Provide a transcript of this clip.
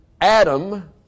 Adam